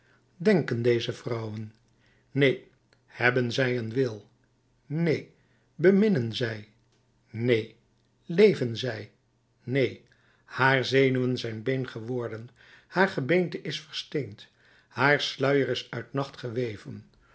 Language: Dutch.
denken deze vrouwen neen hebben zij een wil neen beminnen zij neen leven zij neen haar zenuwen zijn been geworden haar gebeente is versteend haar sluier is uit nacht geweven